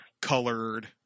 colored